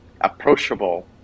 approachable